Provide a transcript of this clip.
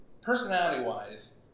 personality-wise